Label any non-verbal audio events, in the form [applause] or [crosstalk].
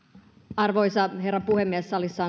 arvoisa herra puhemies salissa [unintelligible]